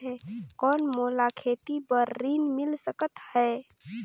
कौन मोला खेती बर ऋण मिल सकत है?